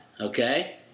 Okay